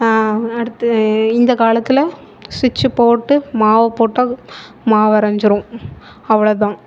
அடுத்து இந்த காலத்தில் சுட்ச்சு போட்டு மாவு போட்டால் மாவு அரைஞ்சிடும் அவ்வளோதான்